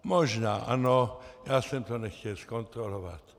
Možná ano, já jsem to nechtěl zkontrolovat.